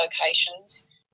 locations